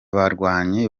barwanyi